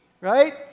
Right